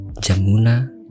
Jamuna